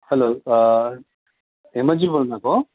hello Hemanji बोल्नुभएको हो